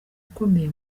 ukomeye